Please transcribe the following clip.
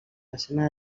façana